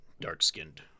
dark-skinned